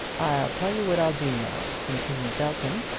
i'll tell you what i'll do, now, continued belton.